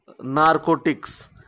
Narcotics